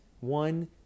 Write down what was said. One